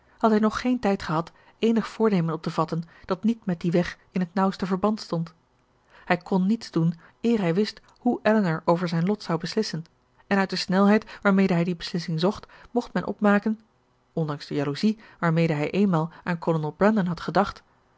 had hij nog geen tijd gehad eenig voornemen op te vatten dat niet met dien weg in het nauwste verband stond hij kon niets doen eer hij wist hoe elinor over zijn lot zou beslissen en uit de snelheid waarmede hij die beslissing zocht mocht men opmaken ondanks de jaloezie waarmede hij eenmaal aan kolonel brandon had gedacht